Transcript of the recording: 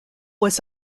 was